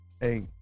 hey